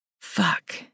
Fuck